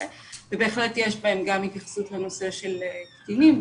ובהחלט יש בהן גם התייחסות לנושא של קטינים.